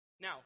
Now